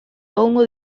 egongo